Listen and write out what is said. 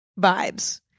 vibes